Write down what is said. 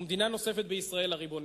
ומדינה נוספת בישראל הריבונית.